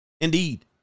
indeed